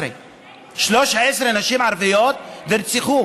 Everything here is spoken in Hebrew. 13. 13 נשים ערביות נרצחו,